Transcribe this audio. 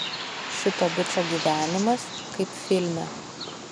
šito bičo gyvenimas kaip filme